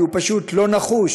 כי הוא פשוט לא נחוש,